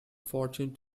fortune